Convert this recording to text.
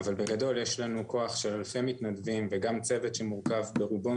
אבל בגדול יש לנו כוח של אלפי מתנדבים וגם צוות שמורכב ברובו